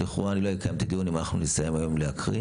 לכאורה אני לא אקיים את הדיון אם אנחנו נסיים היום להקריא.